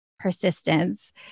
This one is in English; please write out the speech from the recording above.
Persistence